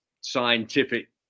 scientific